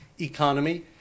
economy